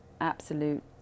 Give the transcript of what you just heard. absolute